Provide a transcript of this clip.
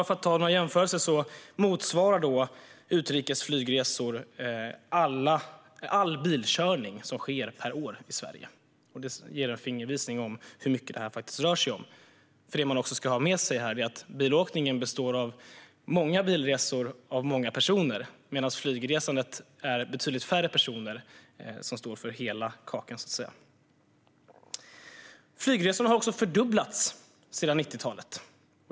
För att göra en jämförelse motsvarar utrikes flygresor all bilkörning som sker per år i Sverige. Det ger en fingervisning om hur mycket det rör sig om. Det man också ska ha med sig är att bilåkningen består av många bilresor med många personer; när det gäller flygresandet är det betydligt färre personer som så att säga står för hela kakan. Flygresorna har också fördubblats sedan 90-talet.